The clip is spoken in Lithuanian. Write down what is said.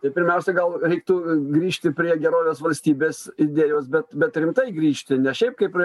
tai pirmiausia gal reiktų grįžti prie gerovės valstybės idėjos bet bet rimtai grįžti ne šiaip kaip